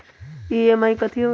EMI कथी होवेले?